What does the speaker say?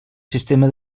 sistema